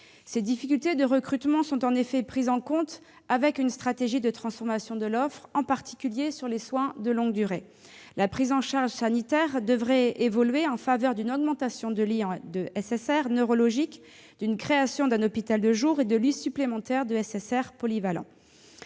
Ces difficultés de recrutement sont prises en compte avec une stratégie de transformation de l'offre, en particulier sur les soins de longue durée. La prise en charge sanitaire devrait évoluer en faveur d'une augmentation de lits de SSR neurologiques, d'une création d'un hôpital de jour et de lits supplémentaires de SSR polyvalents.